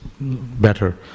better